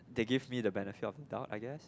they give me the benefit of doubt I guess